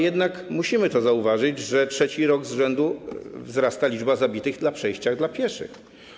Jednak musimy też zauważyć, że trzeci rok z rzędu wzrasta liczba zabitych na przejściach dla pieszych.